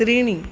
त्रीणि